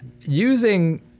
using